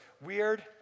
weird